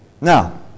Now